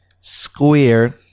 Square